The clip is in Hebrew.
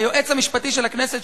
היועץ המשפטי של הכנסת,